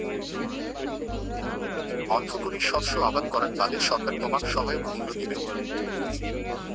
অর্থকরী শস্য আবাদ করার বাদে সরকার তোমাক সহায়ক মূল্য দিবে